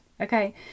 Okay